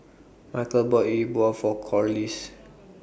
Michal bought Yi Bua For Corliss